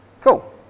cool